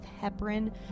heparin